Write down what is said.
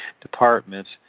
departments